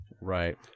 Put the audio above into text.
Right